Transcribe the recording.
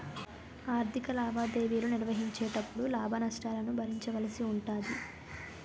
ఆర్ధిక లావాదేవీలు నిర్వహించేటపుడు లాభ నష్టాలను భరించవలసి ఉంటాది